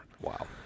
Wow